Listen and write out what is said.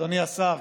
אדוני השר,